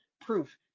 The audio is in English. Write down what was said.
proof